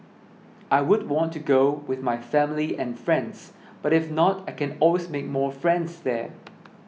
I would want to go with my family and friends but if not I can always make more friends there